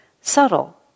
subtle